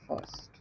first